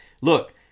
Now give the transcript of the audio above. look